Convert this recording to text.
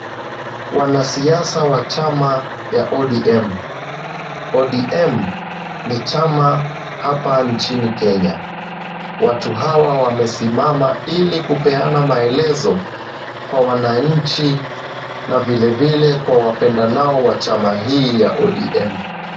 Wanasiasa wa chama ya ODM. ODM ni chama hapa nchini Kenya. Watu hawa wamesimama ilikupeana maelezo kwa wananchi na vilevile kwa wapendanao wa chama hii ya ODM.